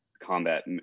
combat